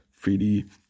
3D